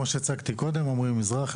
אני עמרי מזרחי,